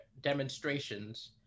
demonstrations